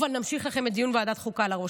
אבל נמשיך לכם את דיון ועדת חוקה על הראש